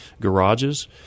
garages